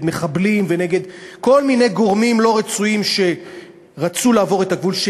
מחבלים ונגד כל מיני גורמים לא רצויים שרצו לעבור את הגבול,